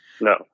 No